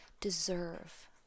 deserve